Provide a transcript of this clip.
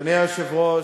אדוני היושב-ראש,